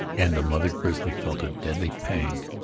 and mother grizzly felt a deadly pang.